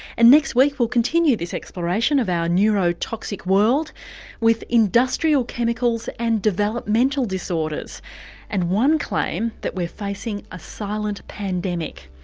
and next week we'll continue this exploration of our neurotoxic world with industrial chemicals and developmental disorders and one claim that we're facing a silent pandemic.